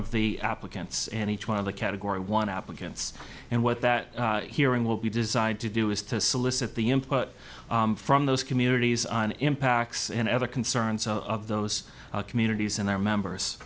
of the applicants and each one of the category one applicants and what that hearing will be designed to do is to solicit the input from those communities on impacts and other concerns of those communities and their members